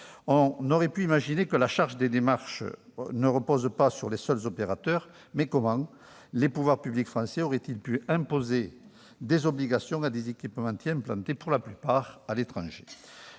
On aurait pu imaginer que la charge des démarches ne repose pas sur les seuls opérateurs, mais comment les pouvoirs publics français auraient-ils pu imposer des obligations à des équipementiers implantés, pour la plupart, à l'étranger ?